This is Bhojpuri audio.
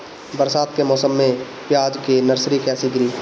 बरसात के मौसम में प्याज के नर्सरी कैसे गिरी?